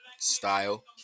Style